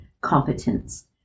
competence